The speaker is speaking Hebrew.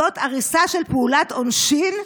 זאת הריסה של פעולת עונשין.